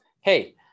hey